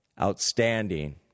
outstanding